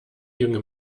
junge